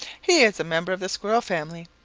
he is a member of the squirrel family.